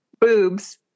Boobs